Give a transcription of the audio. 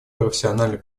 профессиональной